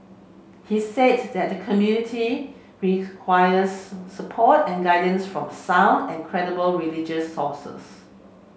he said that the community requires support and guidance from sound and credible religious sources